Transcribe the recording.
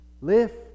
lift